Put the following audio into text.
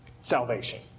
Salvation